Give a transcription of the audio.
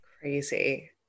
crazy